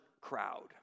crowd